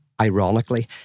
Ironically